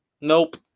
Nope